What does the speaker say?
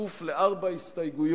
בכפוף לארבע הסתייגויות